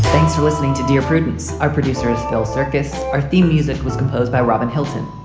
thanks for listening to dear prudence. our producer is still cercas, our theme music was composed by robin hilton.